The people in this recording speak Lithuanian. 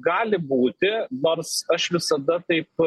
gali būti nors aš visada taip